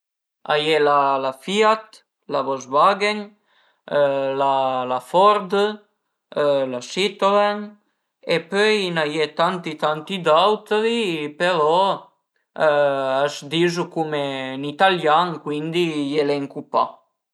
A ie la FIAT, la Volkswagen, la Ford, la Citroen e pöi a i n'a ie tanti tanti d'autri però a së dizu cum ën italian, cuindi i elencu pa